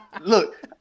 Look